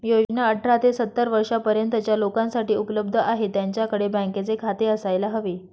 योजना अठरा ते सत्तर वर्षा पर्यंतच्या लोकांसाठी उपलब्ध आहे, त्यांच्याकडे बँकेचे खाते असायला हवे